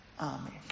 Amen